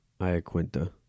Iaquinta